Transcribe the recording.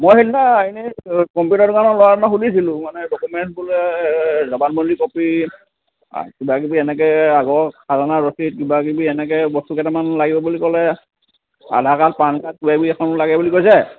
মই সেইদিনা এনেই কম্পিউটাৰ দোকানৰ ল'ৰা এজনক সুধিছিলোঁ মানে ডকুমেণ্টছ বোলে জবানবন্দী কপি কিবা কিবি এনেকৈ আগৰ খাজনা ৰচিদ কিবা কিবি এনেকৈ বস্তু কেইটামান লাগিব বুলি ক'লে আধাৰ কাৰ্ড পান কাৰ্ড কিবা কিবি এখনো লাগে বুলি কৈছে